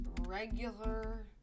regular